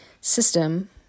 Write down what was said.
system